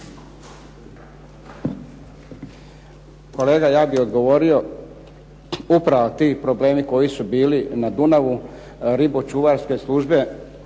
Kolega, ja bih odgovorio, upravo ti problemi koji su bili na Dunavu, ribočuvarske službe